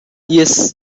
yes